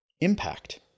impact